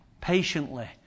patiently